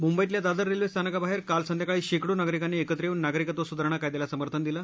मुंबईतल्या दादर रस्त्रिस्थिनकाबाहर क्राल संध्याकाळी शक्की नागरिकांनी एकत्र यस्तिन नागरीकत्व सुधारणा कायद्याला समर्थन दिलं